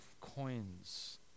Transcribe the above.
coins